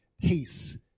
peace